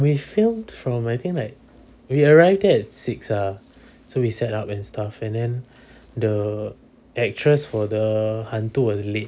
we film from I think like we arrived there at six ah so we set up and stuff and then the actress for the hantu was late